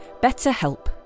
BetterHelp